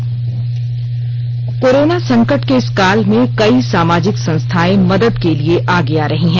oxygen bank corona संकट के इस काल में कई सामाजिक संस्थाएं मदद के लिए आगे आ रही हैं